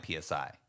psi